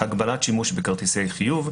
הגבלת שימוש בכרטיסי חיוב,